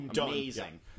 amazing